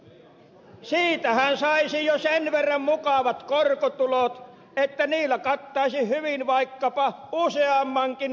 siitähän saisi jo sen verran mukavat korkotulot että niillä kattaisi hyvin vaikkapa useammankin reumasairaalan kulut